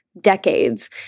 decades